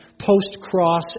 post-cross